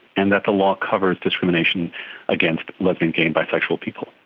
and that the law covers discrimination against lesbian, gay and bisexual people.